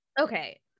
okay